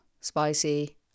spicy